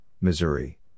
Missouri